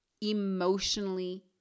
emotionally